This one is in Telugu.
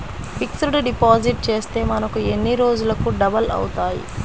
ఫిక్సడ్ డిపాజిట్ చేస్తే మనకు ఎన్ని రోజులకు డబల్ అవుతాయి?